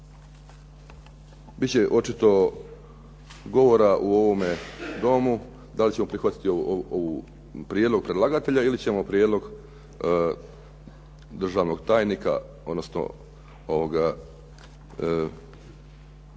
će očito govora u ovome Domu da li ćemo prihvatiti ovaj prijedlog predlagatelja ili ćemo prijedlog državnog tajnika, odnosno ministarstva